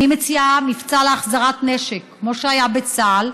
אני מציעה מבצע להחזרת נשק כמו שהיה בצה"ל,